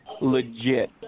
Legit